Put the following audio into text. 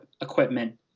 equipment